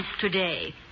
today